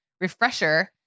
refresher